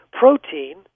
protein